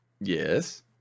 yes